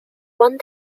one